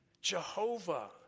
Jehovah